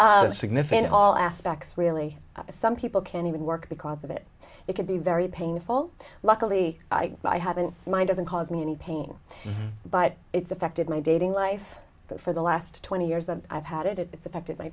ok significant all aspects really some people can't even work because of it it could be very painful luckily i haven't mine doesn't cause me any pain but it's affected my dating life but for the last twenty years that i've had it and it's affected my